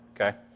Okay